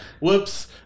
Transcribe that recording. whoops